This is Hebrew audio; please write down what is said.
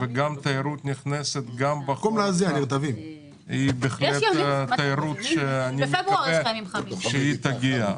ותיירות נכנסת גם בחורף היא בהחלט תיירות שאני מקווה שתגיע.